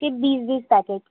صرف بیس بیس پیکٹ